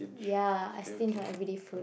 ya I stinge on everyday food